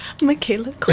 Michaela